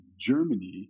Germany